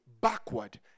backward